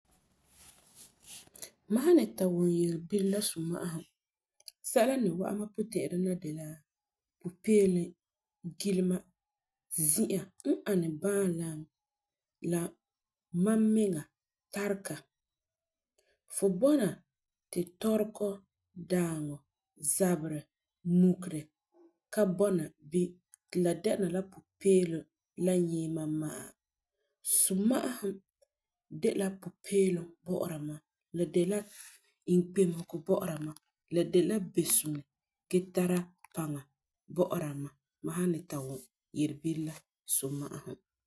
Ba san ni ta wum yelebire la suma'ahum sɛla n ni wa'am mam puti'irɛ n na de la, pupeelum, gilema, zi'a n ani bãalam la mam miŋa tarega, fu bɔna ti tɔregɔ, dãaŋɔ, zɛberɛ, mukere ka bɔna bini ti la dɛna la pupeelum n nyɛɛma ma'a suma'ahum de la pupeelum bɔ'ɔra mam la de la inkpeŋo bɔ'ɔra mam, la de la besuŋɔ gee tara paŋa bɔ'ɔra mam, mam san ni ta wum yelebire la suma'ahum.